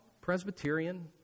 Presbyterian